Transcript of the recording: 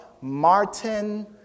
Martin